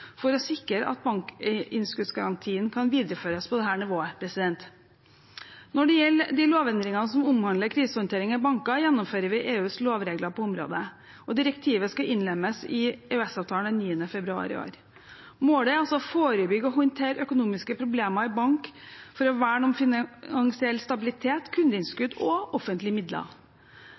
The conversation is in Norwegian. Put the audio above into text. for å sikre at bankinnskuddsgarantien kan videreføres på dette nivået. Når det gjelder de lovendringene som omhandler krisehåndtering i banker, gjennomfører vi EUs lovregler på området. Direktivet skal innlemmes i EØS-avtalen den 9. februar i år. Målet er å forebygge og håndtere økonomiske problemer i bank for å verne om finansiell stabilitet, kundeinnskudd og offentlige midler.